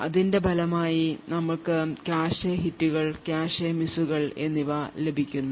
ഇതിന്റെ ഫലമായി ഞങ്ങൾക്ക് കാഷെ ഹിറ്റുകൾ കാഷെ മിസ്സുകൾ എന്നിവ ലഭിക്കുന്നു